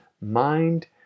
mind